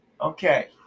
Okay